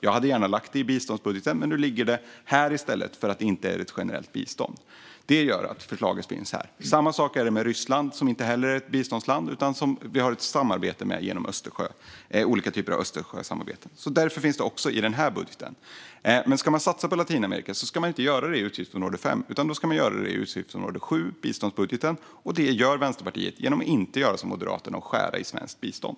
Jag hade gärna lagt det i biståndsbudgeten, men nu ligger det här i stället eftersom det inte är ett generellt bistånd. Detta gör att förslaget finns här. Samma sak är det med Ryssland, som inte heller är ett biståndsland utan som vi har olika typer av Östersjösamarbeten med. Därför finns även det i den här budgeten. Ska man satsa på Latinamerika ska man inte göra det i utgiftsområde 5, utan det ska man göra i biståndsbudgeten, alltså utgiftsområde 7. Det gör Vänsterpartiet genom att inte göra som Moderaterna och skära i svenskt bistånd.